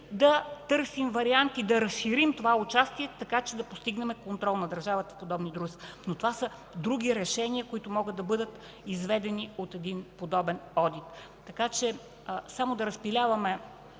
да търсим варианти да разширим това участие, за да постигнем контрол на държавата в подобни дружества. Но това са други решения, които могат да бъдат изведени от подобен одит. Само да разпиляваме